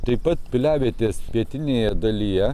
taip pat piliavietės pietinėje dalyje